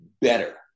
better